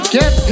get